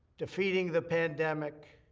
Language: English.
defeating the pandemic,